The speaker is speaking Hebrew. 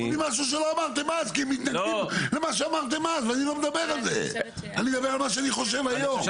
אני מדבר על מה שאני חושב היום.